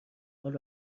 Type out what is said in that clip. حال